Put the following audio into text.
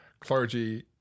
clergy